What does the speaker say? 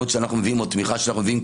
שאנחנו מביאים או תמיכה שאנחנו מביאים,